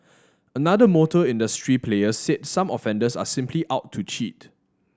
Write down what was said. another motor industry player said some offenders are simply out to cheat